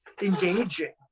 engaging